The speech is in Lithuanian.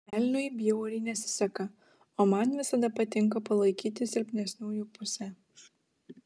velniui bjauriai nesiseka o man visada patinka palaikyti silpnesniųjų pusę